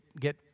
get